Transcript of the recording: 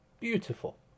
Beautiful